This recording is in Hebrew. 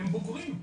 הם בוגרים.